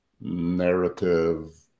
narrative